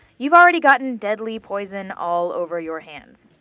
you've already gotten deadly poison all over your hands.